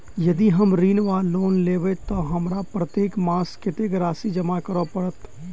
यदि हम ऋण वा लोन लेबै तऽ हमरा प्रत्येक मास कत्तेक राशि जमा करऽ पड़त?